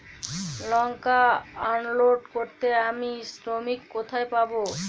লঙ্কা unload করতে আমি শ্রমিক কোথায় পাবো?